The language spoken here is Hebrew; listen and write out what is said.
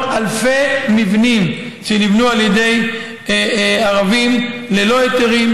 אלפי מבנים שנבנו על ידי ערבים ללא היתרים,